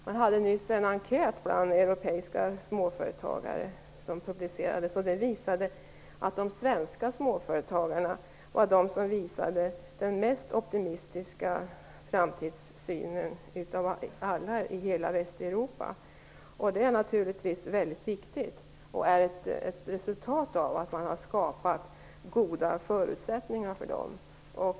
Det gjordes nyligen en enkät bland europeiska småföretagare, och den visade att de svenska småföretagarna hade den mest optimistiska framtidssynen av alla i hela Västeuropa. Det är naturligtvis mycket viktigt, och det är ett resultat av att man har skapat goda förutsättningar för dem.